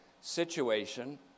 situation